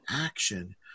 action